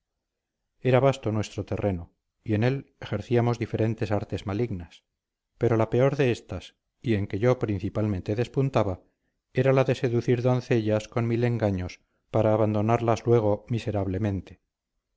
era vasto nuestro terreno y en él ejercíamos diferentes artes malignas pero la peor de estas y en que yo principalmente despuntaba era la de seducir doncellas con mil engaños para abandonarlas luego miserablemente